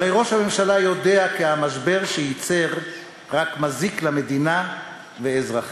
הרי ראש הממשלה יודע כי המשבר שייצר רק מזיק למדינה ולאזרחיה.